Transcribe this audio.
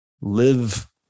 live